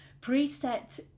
Preset